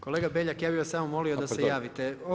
Kolega Beljak ja bih samo molio da se javite.